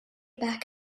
back